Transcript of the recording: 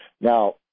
Now